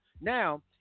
Now